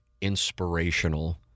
inspirational